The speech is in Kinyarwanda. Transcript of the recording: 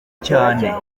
cyane